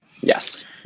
Yes